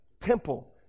temple